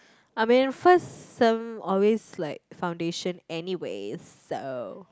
I mean first sem always like foundation anyway so